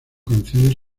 canciones